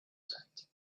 sight